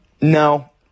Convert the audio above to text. No